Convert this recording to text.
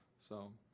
so